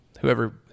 whoever